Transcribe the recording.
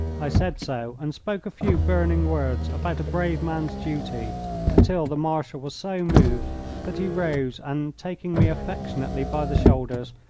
i said so, and spoke a few burning words about a brave man's duty until the marshal was so moved that he rose and, taking me affectionately by the shoulders,